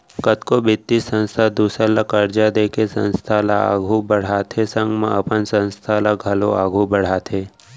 कतको बित्तीय संस्था दूसर ल करजा देके संस्था ल आघु बड़हाथे संग म अपन संस्था ल घलौ आघु बड़हाथे